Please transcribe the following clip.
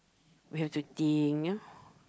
we have to think ah